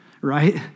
right